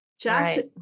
jackson